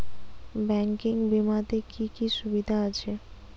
Banking বিমাতে কি কি সুবিধা আছে?